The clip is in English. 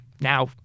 now